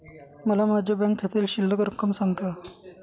मला माझ्या बँक खात्यातील शिल्लक रक्कम सांगता का?